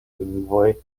lingvoj